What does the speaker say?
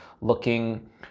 looking